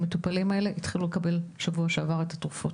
המטופלים התחילו לקבל שבוע שעבר את התרופות.